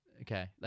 Okay